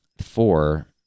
four